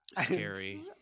scary